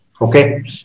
Okay